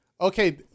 okay